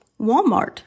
Walmart